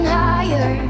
higher